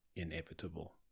inevitable